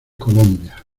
colombia